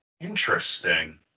interesting